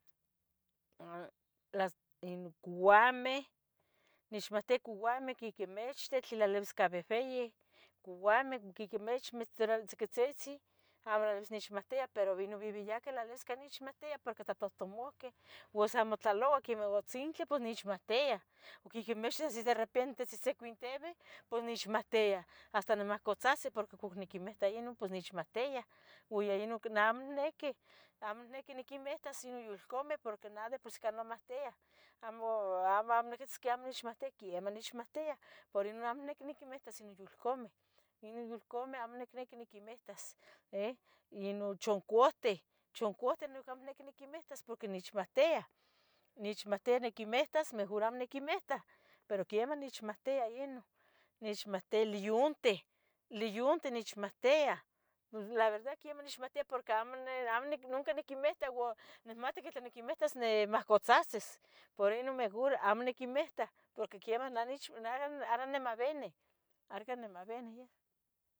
A, las in couameh, nechmahtia couameh. quiquimechtli, tlen lalivis cah vehveyin Coumeh o quiquimichmeh tzocotzitzin amo. lalivis nechmahtiah, pero inun viviyaque. lalis que nechmoahtiah porque hasta. tohtomouqueh, ua semotlaloua quemeh. ohtzintle pos nichmahtiah O quiquimichtli asì derepente. tzihtzicuintevi pos nichmahtia. hasta nimahcotzahtzi, porque. ocniquimita inun pos nechmahtiah O yeh inun ca neh amo nequi. amo, nequi nequimetas yon. yulcameh porque nah de por si. namohtiah, amo, amo niquehtos que. amo nechmahtiah, quiemah nechmahtia. por inun amo nihniqui niquimietas. nun yulcomeh Inun yulcomeh amo nihniqui niquemitas. eh, inun chuncohteh, chuncohte noihqui. amo nicnequi niquemitas porque. nechmahtiah, nechmahtia niquemitas. mejor amo niquemita, pero quemah. nechmahtia inun Nechmahtia leyunteh, leyunteh. nechmahtia, la verdad quiemah. nechmahtiaya porque amo, amo, nunca niquimita ua nihmati. nihmati que tla niquimitas. ne mahcotzahtzis, por inun. mejor amo niquimitah, porque. quiemah nah aran, aran nimaveneh. argan nimaveneh ya